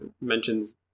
mentions